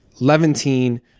Levantine